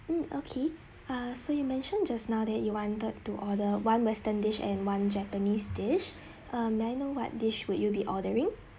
mm okay ah so you mentioned just now that you wanted to order one western dish and one japanese dish err may I know what dish would you be ordering